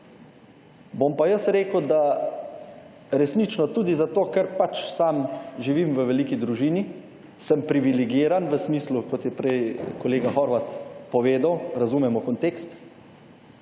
bom pa jaz rekel, da resnično tudi zato, ker pač sam živim v veliki družini, sem privilegiran v smislu, kot je prej kolega Horvat povedal, razumemo kontekst,